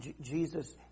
Jesus